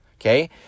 Okay